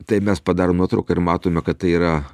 tai mes padarom nuotrauką ir matome kad tai yra